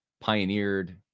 pioneered